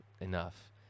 enough